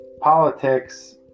Politics